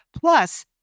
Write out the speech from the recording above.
plus